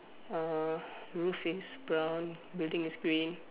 uh roof is brown building is green